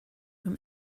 from